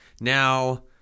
Now